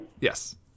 Yes